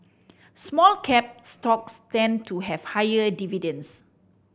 small cap stocks tend to have higher dividends